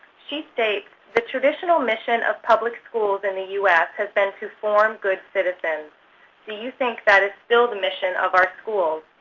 she states, the traditional mission of public schools in the u s. has been to form good citizens. do you think that is it still the mission of our schools?